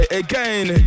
again